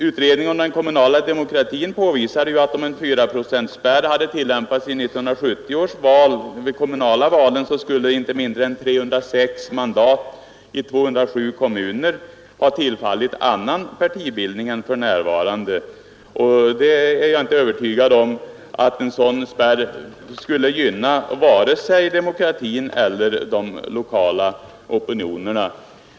Utredningen om den kommunala demokratin påvisar att om en fyraprocentspärr hade tillämpats för de kommunala valen vid 1970 års val, skulle inte mindre än 306 mandat i 207 kommuner ha tillfallit annan partibildning än de för närvarande tillhör. Jag är inte övertygad om att en sådan spärr skulle gynna vare sig demokratin eller de lokala opinionerna.